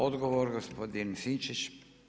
Odgovor gospodin Sinčić.